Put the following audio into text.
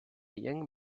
young